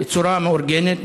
בצורה מאורגנת,